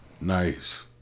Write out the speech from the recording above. Nice